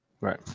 Right